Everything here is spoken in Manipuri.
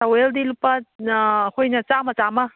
ꯇꯥꯋꯦꯜꯗꯤ ꯂꯨꯄꯥ ꯑꯩꯈꯣꯏꯅ ꯆꯥꯝꯃ ꯆꯥꯝꯃ